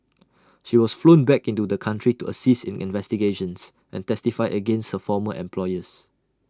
she was flown back into the country to assist in investigations and testify against her former employers